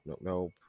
Nope